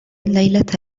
ليلة